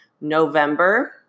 November